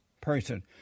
person